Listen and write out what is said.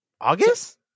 August